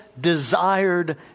desired